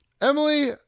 Emily